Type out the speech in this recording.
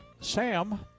Sam